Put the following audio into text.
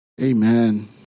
Amen